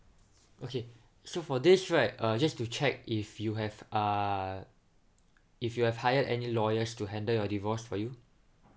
okay so for this right uh just to check if you have uh if you have hire any lawyers to handle your divorce for you